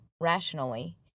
rationally